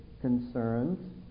concerns